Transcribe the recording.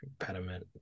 impediment